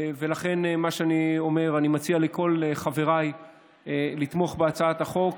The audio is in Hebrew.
לכן אני מציע לכל חבריי לתמוך בהצעת החוק.